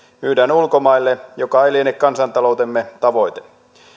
myydään ulkomaille mikä ei liene kansantaloutemme tavoite